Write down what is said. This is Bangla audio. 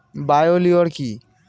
বায়ো লিওর কি?